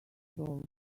old